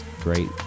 great